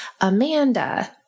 Amanda